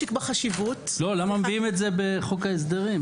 למה מביאים את זה בחוק ההסדרים?